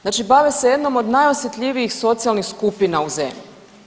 Znači, bave se jednom od najosjetljivijih socijalnih skupina u zemlji.